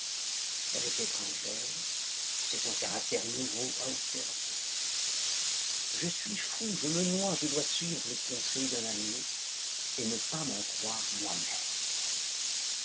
elle est étrangère c'est un caractère nouveau à observer je suis fou je me noie je dois suivre les conseils d'un ami et ne pas m'en croire moi-même